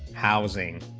housing